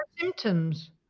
symptoms